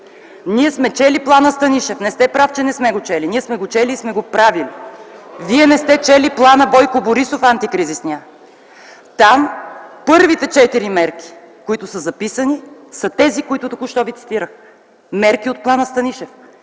Ние сме чели „Плана Станишев” – не сте прав, че не сме го чели. Ние сме го чели и сме го правили. Вие не сте чели „Плана Бойко Борисов” – антикризисния. Там първите четири мерки, които са записани, са тези, които току-що ви цитирах. Мерки от „Плана Станишев”